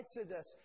Exodus